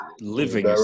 living